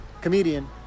comedian